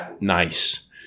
nice